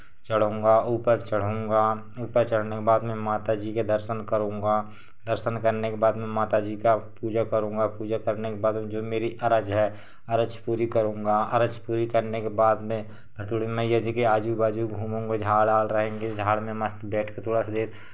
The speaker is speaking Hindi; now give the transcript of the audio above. चढ़ूँगा ऊपर चढ़ूँगा ऊपर चढ़ने के बाद में माताजी के दर्शन करूंगा दर्शन करने के बाद में माताजी का पूजा करूंगा पूजा करने के बाद में जो मेरी अरज है अरज पूरी करूंगा अरज पूरी करने के बाद में मैं थोड़ी मैया जी के आजू बाजू घूमूँगा झाड़ आड़ रहेंगे झाड़ में मस्त बैठ के थोड़ा सा देर